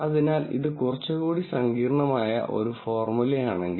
അതിനാൽ ഇത് കുറച്ചുകൂടി സങ്കീർണ്ണമായ ഒരു ഫോർമുലയാണെങ്കിൽ